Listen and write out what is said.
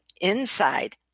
inside